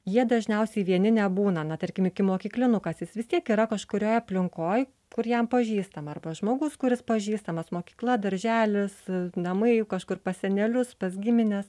jie dažniausiai vieni nebūna na tarkim ikimokyklinukas jis vis tiek yra kažkurioje aplinkoj kur jam pažįstama arba žmogus kuris pažįstamas mokykla darželis namai kažkur pas senelius pas gimines